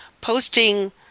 posting